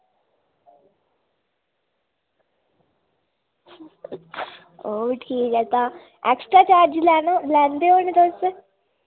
ओह् ठीक ऐ तां एक्स्ट्रा चार्ज लैंदे होन्ने तां तुस